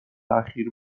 اخیر